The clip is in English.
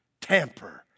tamper